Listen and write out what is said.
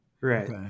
Right